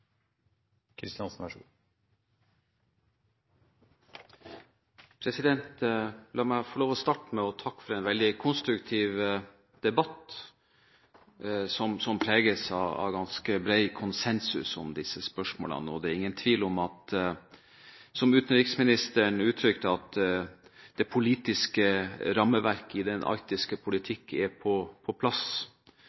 La meg få starte med å takke for en veldig konstruktiv debatt, som preges av ganske bred konsensus om disse spørsmålene. Det er ingen tvil om at – som utenriksministeren uttrykte det – det politiske rammeverket i den arktiske